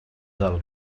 del